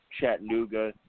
Chattanooga